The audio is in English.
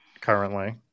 currently